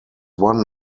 one